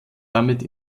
damit